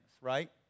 right